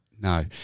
No